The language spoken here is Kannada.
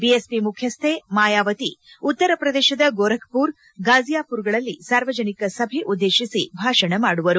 ಬಿಎಸ್ಪಿ ಮುಖ್ಯಸ್ನೆ ಮಾಯಾವತಿ ಉತ್ತರ ಪ್ರದೇಶದ ಗೋರಕ್ಮರ್ ಫಾಜಿಮರಗಳಲ್ಲಿ ಸಾರ್ವಜನಿಕ ಸಭೆ ಉದ್ದೇಶಿಸಿ ಭಾಷಣ ಮಾಡುವರು